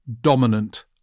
dominant